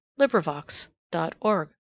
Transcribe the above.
LibriVox.org